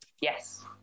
Yes